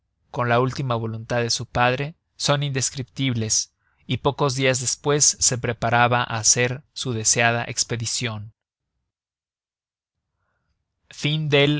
con la última voluntad de su padre son indescriptibles y pocos dias despues se preparaba á hacer su deseada espedicion capitulo iii del